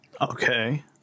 Okay